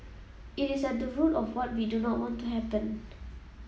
it is at the root of what we do not want to happen